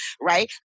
right